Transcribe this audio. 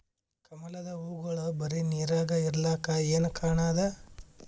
ಕಮಲದ ಹೂವಾಗೋಳ ಬರೀ ನೀರಾಗ ಇರಲಾಕ ಏನ ಕಾರಣ ಅದಾ?